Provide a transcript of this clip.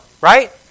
Right